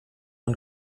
und